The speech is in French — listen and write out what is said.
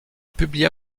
publia